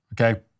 okay